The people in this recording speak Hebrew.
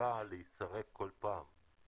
חקיקה להיסרק כל פעם.